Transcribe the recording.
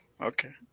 Okay